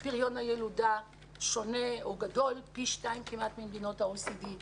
שפריון הילודה שונה והוא גדול כמעט פי שתיים ממדינות ה-OECD,